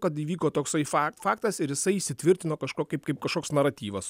kad įvyko toksai fak faktas ir jisai įsitvirtino kažkokį kaip kažkoks naratyvas